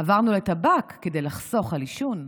עברנו לטבק כדי לחסוך על עישון,